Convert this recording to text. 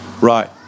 Right